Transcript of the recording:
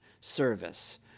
service